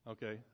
Okay